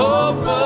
Hope